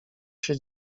się